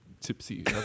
tipsy